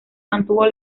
mantuvo